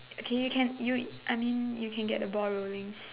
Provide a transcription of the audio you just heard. okay you can I mean you can get the ball rolling